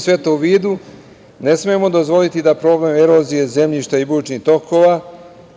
sve to u vidu, ne smemo dozvoliti da problem erozije zemljišta i bujičnih tokova,